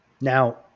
Now